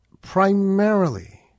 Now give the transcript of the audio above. primarily